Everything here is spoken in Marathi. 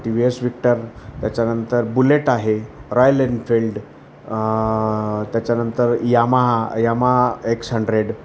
टी व्ही एस विक्टर त्याच्यानंतर बुलेट आहे रॉयल एन्फिल्ड त्याच्यानंतर यामाहा यामाहा एक्स हंड्रेड